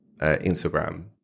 Instagram